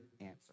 answer